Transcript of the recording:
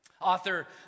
Author